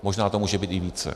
Možná to může být i více.